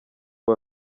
aba